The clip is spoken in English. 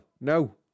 no